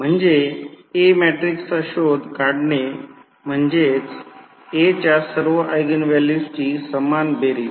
म्हणजे A मॅट्रिक्सचा शोध काढणे म्हणजेच A च्या सर्व ऎगेन व्हॅल्यूची समान बेरीज